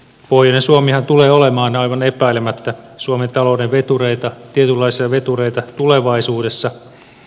pohjoinen suomihan tulee olemaan aivan epäilemättä suomen talouden tietynlaisia vetureita tulevaisuudessa